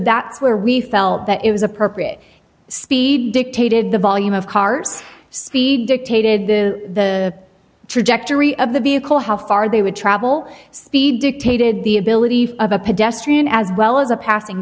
that's where we felt that it was appropriate speed dictated the volume of cars speed dictated the trajectory of the vehicle how far they would travel speed dictated the ability of a pedestrian as well as a passing